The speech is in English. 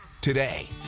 today